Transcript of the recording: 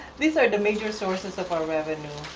these are the major sources of our revenue.